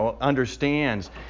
understands